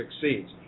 succeeds